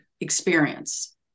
experience